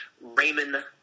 Raymond